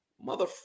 Mother